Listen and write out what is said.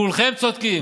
כולכם צודקים.